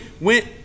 went